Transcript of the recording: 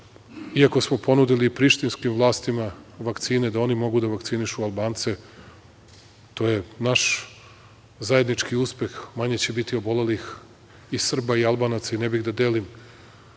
iako smo ponudili prištinskim vlastima vakcine da oni mogu da vakcinišu Albance. To je naš zajednički uspeh, manje će biti obolelih i Srba i Albanaca i nee bih da delim